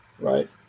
right